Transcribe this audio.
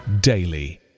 daily